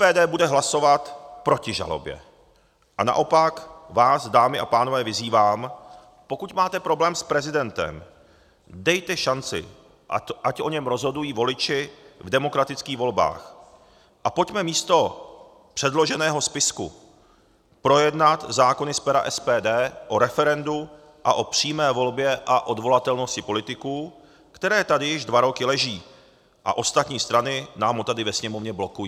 SPD bude hlasovat proti žalobě a naopak vás, dámy a pánové, vyzývám, pokud máte problém s prezidentem, dejte šanci, ať o něm rozhodují voliči v demokratických volbách, a pojďme místo předloženého spisku projednat zákony z pera SPD o referendu a o přímé volbě a odvolatelnosti politiků, které tady již dva roky leží, a ostatní strany nám je tady ve Sněmovně blokují.